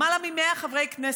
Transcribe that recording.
למעלה מ-100 חברי כנסת,